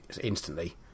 instantly